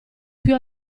più